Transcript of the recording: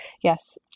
Yes